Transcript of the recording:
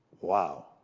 Wow